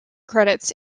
credits